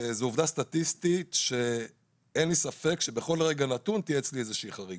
זו עובדה סטטיסטית שאין לי ספק שבכל רגע נתון תהיה אצלי איזושהי חריגה.